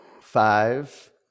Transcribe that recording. five